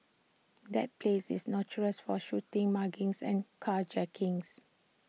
that place is notorious for shootings muggings and carjackings